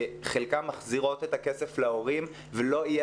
שחלקן מחזירות את הכסף להורים ולא יהיה